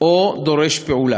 או דורש פעולה.